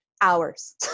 Hours